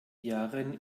yaren